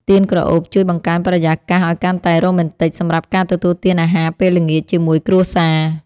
ទៀនក្រអូបជួយបង្កើនបរិយាកាសឱ្យកាន់តែរ៉ូមែនទិកសម្រាប់ការទទួលទានអាហារពេលល្ងាចជាមួយគ្រួសារ។